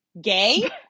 gay